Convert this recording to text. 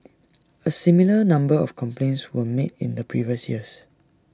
A similar number of complaints were made in the previous years